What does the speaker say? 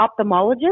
ophthalmologist